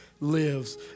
lives